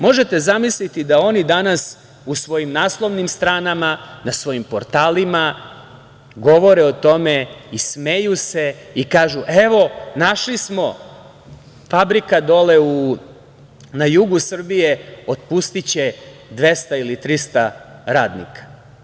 Možete zamisliti da oni danas u svojim naslovnim stranama, na svojim portalima govore o tome i smeju se i kažu – evo, našli smo fabrika, dole na jugu Srbije otpustiće 200 ili 300 radnika.